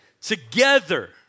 Together